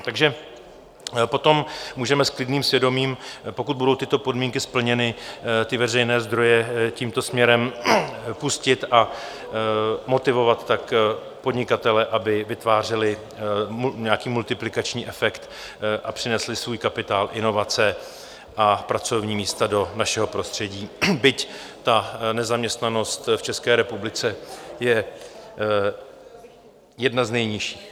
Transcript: Takže potom můžeme s klidným svědomím, pokud budou tyto podmínky splněny, veřejné zdroje tímto směrem pustit a motivovat tak podnikatele, aby vytvářeli nějaký multiplikační efekt a přinesli svůj kapitál, inovace a pracovní místa do našeho prostředí, byť nezaměstnanost v České republice je jedna z nejnižších...